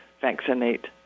vaccinate